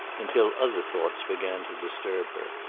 until other thoughts began to disturb her.